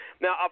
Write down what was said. Now